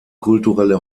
kulturelle